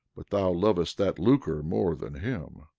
but thou lovest that lucre more than him.